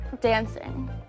dancing